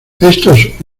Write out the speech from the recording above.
estos